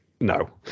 No